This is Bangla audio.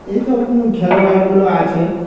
এইসব খেলোয়াড়গুলো আছে